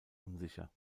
unsicher